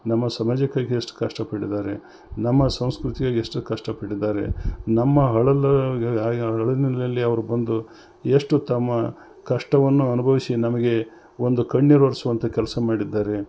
ನಮ್ಮ ಸಮಾಜಕ್ಕಾಗಿ ಎಷ್ಟು ಕಷ್ಟ ಪಟ್ಟಿದ್ದಾರೆ ನಮ್ಮ ಸಂಸ್ಕೃತಿಗಾಗ್ ಎಷ್ಟು ಕಷ್ಟ ಪಟ್ಟಿದ್ದಾರೆ ನಮ್ಮ ಅಳಲ್ ಅಳಲಿನಲ್ಲಿ ಅವ್ರು ಬಂದು ಎಷ್ಟು ತಮ್ಮ ಕಷ್ಟವನ್ನು ಅನುಭವಿಸಿ ನಮಗೆ ಒಂದು ಕಣ್ಣೀರು ಒರ್ಸುವಂಥ ಕೆಲಸ ಮಾಡಿದ್ದಾರೆ